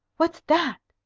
what's that?